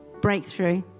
breakthrough